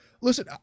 Listen